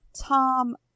Tom